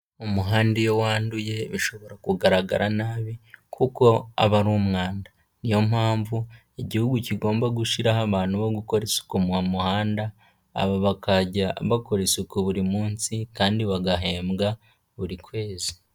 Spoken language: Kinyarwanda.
Umuhanda iyo wanduye bishobora kugaragara nabi kuko aba ari umwanda. Ni yo mpamvu igihugu kigomba gushyiraho abantu bo gukora isuku mu muhanda, aba bakajya bakora isuku buri munsi kandi bagahembwa buri kwezi.